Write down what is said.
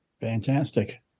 fantastic